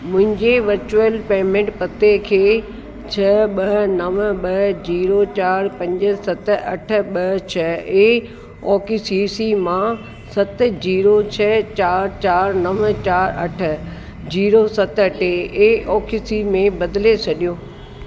मुंहिंजे virtual payment पते खे छह ॿ नव ॿ जीरो चारि पंज सत अठ ॿ छह ए ओके सी सी सत जीरो छह चारि चारि नव चारि अठ जीरो सत ट्रे ओके सी सी में बदिले छॾियो